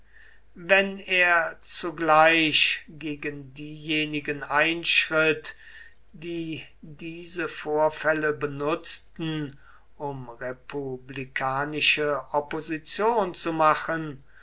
wenn er zugleich gegen diejenigen einschritt die diese vorfälle benutzten um republikanische opposition zu machen